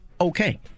okay